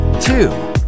two